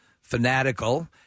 fanatical